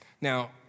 Now